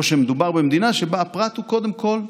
או שמדובר במדינה שבה הפרט הוא קודם כל נתין,